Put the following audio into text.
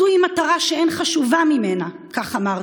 זוהי מטרה שאין חשובה ממנה" כך אמרת,